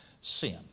sin